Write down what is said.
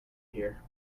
here